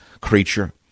creature